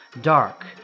dark